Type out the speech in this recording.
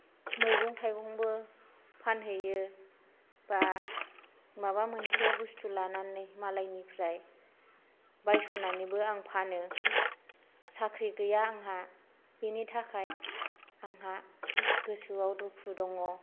मैगं थाइगंबो फानहैयो बा माबा मोनसो बुस्थु लानानै मालायनिफ्राय बायसननानैबो आं फानो साख्रि गैया आंहा बिनि थाखाय आंहा गोसोआव दुखु दङ